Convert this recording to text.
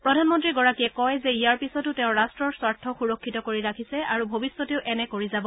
প্ৰধানমন্ত্ৰীগৰাকীয়ে কয় যে ইয়াৰ পিছতো তেওঁ ৰাট্টৰ স্বাৰ্থ সুৰক্ষিত কৰি ৰাখিছে আৰু ভৱিষ্যতেও এনে কৰি যাব